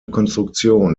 konstruktion